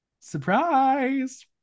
surprise